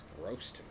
gross